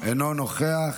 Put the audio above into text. אינו נוכח.